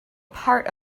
part